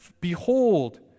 Behold